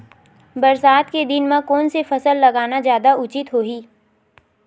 बरसात के दिन म कोन से फसल लगाना जादा उचित होही?